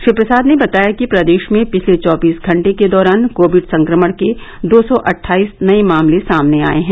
श्री प्रसाद ने बताया कि प्रदेश में पिछले चौबीस घंटे के दौरान कोविड संक्रमण के दो सौ अट्ठाईस नये मामले सामने आये हैं